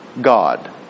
god